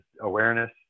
awareness